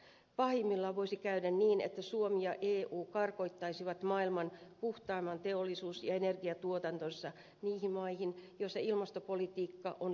pahimmillaan voisi käydä niin että suomi ja eu karkottaisivat maailman puhtaimman teollisuus ja energiantuotantonsa niihin maihin joissa ilmastopolitiikka on löysintä